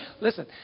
Listen